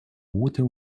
water